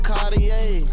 Cartier